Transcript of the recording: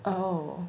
oh